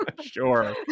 Sure